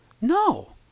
No